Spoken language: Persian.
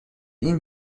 این